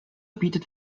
bietet